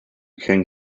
can